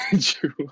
true